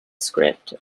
script